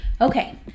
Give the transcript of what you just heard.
Okay